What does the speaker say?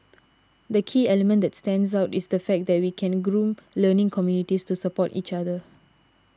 the key element that stands out is the fact that we can groom learning communities to support each other